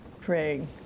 praying